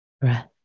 breath